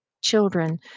children